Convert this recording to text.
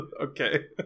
Okay